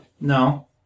No